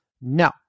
no